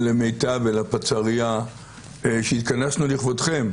ולפצ"רייה שהתכנסנו לכבודכם.